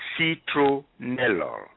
citronellol